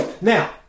Now